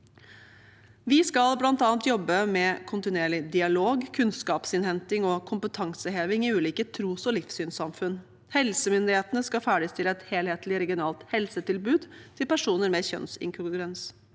Vi skal bl.a. jobbe med kontinuerlig dialog, kunnskapsinnhenting og kompetanseheving i ulike tros- og livssynssamfunn. Helsemyndighetene skal ferdigstille et helhetlig regionalt helsetilbud til personer med kjønnsinkongruens.